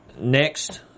next